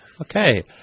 Okay